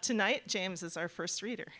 tonight james is our first reader